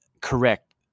correct